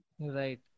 Right